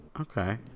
Okay